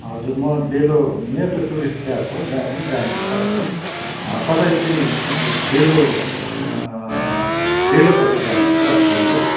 हजुर म डेलो मेरो त टुरिस्ट क्याब हो जहाँ पनि जानु सक्छु तपाईँ चाहिँ कुन चाहिँ डेलो डेलोपट्टि जानुहुन्छ डेलो